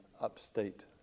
upstate